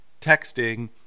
texting